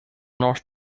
north